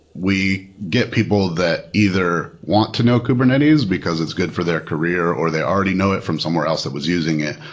we get people that either want to know kubernetes because it's good for their career or they already know it from somewhere else that was using it,